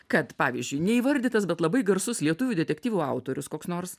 kad pavyzdžiui neįvardytas bet labai garsus lietuvių detektyvų autorius koks nors